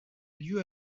lieu